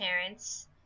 parents